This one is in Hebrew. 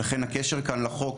לכן הקשר כאן לחוק,